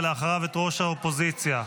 ואחריו את ראש האופוזיציה.